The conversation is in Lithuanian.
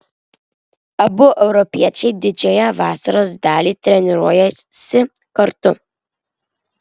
abu europiečiai didžiąją vasaros dalį treniruojasi kartu